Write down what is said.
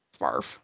Barf